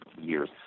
years